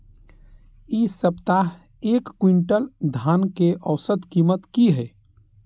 इ सप्ताह एक क्विंटल धान के औसत कीमत की हय?